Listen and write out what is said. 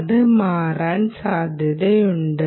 ഇത് മാറാൻ സാധ്യതയുണ്ട്